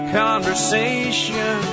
conversation